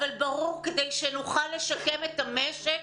מאוד ברור שכדי שנוכל לשקם את המשק,